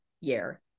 year